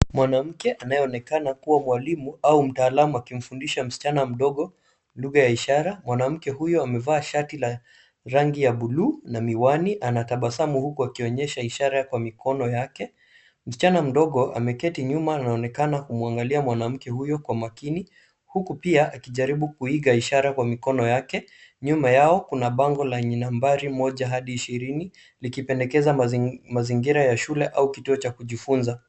Mwanamke anayeonekana kuwa mwalimu au mtaalamu akimfundisha msichana lugha ya ishara. Mwanamke huyo amevaa shati la rangi ya buluu na miwani. Anatabasamu huku akionyesha ishara kwa mikono yake. Msichana mdogo ameketi nyuma na anaonekana kumwangalia mwanamke huyu kwa makini huku pia akijaribu kuiga ishara kwa mikono yake. Nyuma yao kuna bango lenye nambari moja hadi ishirini likipendekeza mazingira ya shule au kituo cha kujifunza.